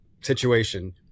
situation